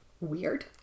Weird